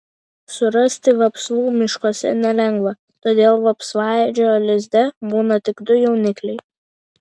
surasti vapsvų miškuose nelengva todėl vapsvaėdžio lizde būna tik du jaunikliai